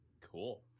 Cool